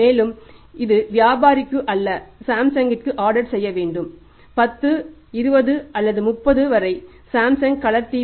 மேலும் இது வியாபாரிக்கு அல்ல சாம்சங்கிற்கு ஆர்டர் செய்ய வேண்டும் 10 20 அல்லது 30 வரை சாம்சங் கலர் T